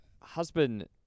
husband